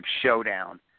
showdown